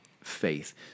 faith